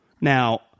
Now